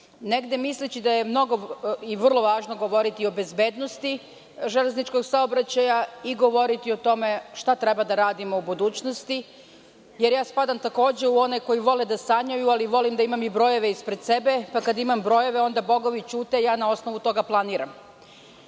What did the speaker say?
govorite. Misleći da je mnogo i vrlo važno govoriti o bezbednosti železničkog saobraćaja i govoriti o tome šta treba da radimo u budućnosti, jer takođe spadam u one koji vole da sanjaju ali volim da imam i brojeve ispred sebe, pa kada imam brojeve onda bogovi ćute i ja na osnovu toga planiram. Hoću